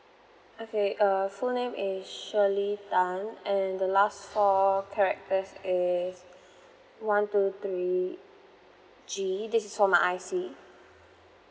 okay uh full name is shirley tan and the last four characters is one two three G this is for my I_C